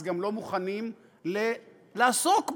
אז גם לא מוכנים לעסוק בה.